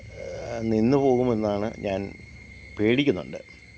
നിന്നു പോകുമെന്നാണ് ഞാന് പേടിക്കുന്നുണ്ട്